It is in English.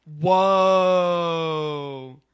Whoa